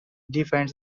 different